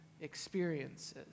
experiences